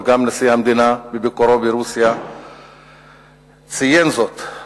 וגם נשיא המדינה בביקורו ברוסיה ציין זאת.